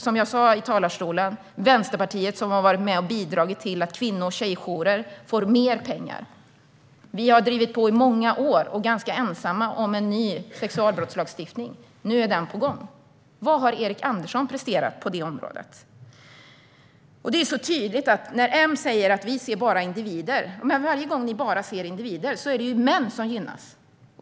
Som jag sa i talarstolen har Vänsterpartiet varit med och bidragit till att kvinno och tjejjourer får mer pengar. Vi har drivit på i många år, ganska ensamma, för en ny sexualbrottslagstiftning. Nu är den på gång. Vad har Erik Andersson presterat på det området? M säger att de bara ser individer. Det är så tydligt att varje gång ni bara ser individer är det män som gynnas.